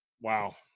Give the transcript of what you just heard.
Wow